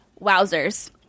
wowzers